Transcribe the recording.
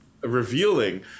revealing